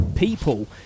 people